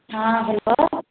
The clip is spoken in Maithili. हँ हेलो